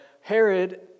Herod